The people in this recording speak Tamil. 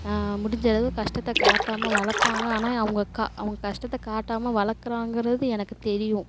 முடிஞ்ச அளவு கஷ்டத்தை காட்டாமல் வளர்த்தாங்க ஆனால் அவங்க கா அவங்க கஷ்டத்தை காட்டாமல் வளர்க்குறாங்கறது எனக்கு தெரியும்